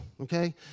okay